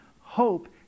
hope